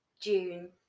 June